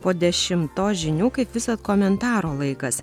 po dešimtos žinių kaip visad komentaro laikas